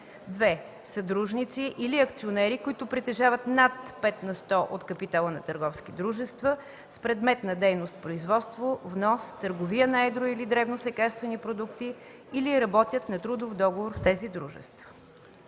2. съдружници или акционери, които притежават над 5 на сто от капитала на търговски дружества с предмет на дейност производство, внос, търговия на едро или дребно с лекарствени продукти или работят на трудов договор в тези дружества.”